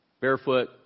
barefoot